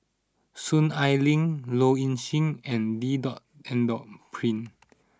Soon Ai Ling Low Ing Sing and D dot N dot Pritt